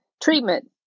treatment